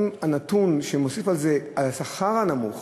עם הנתון שמוסיף על השכר הנמוך,